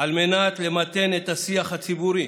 על מנת למתן את השיח הציבורי